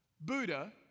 Buddha